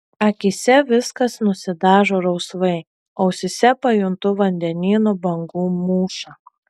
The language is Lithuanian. akyse viskas nusidažo rausvai ausyse pajuntu vandenyno bangų mūšą